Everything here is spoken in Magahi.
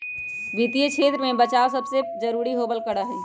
वित्तीय क्षेत्र में बचाव सबसे जरूरी होबल करा हई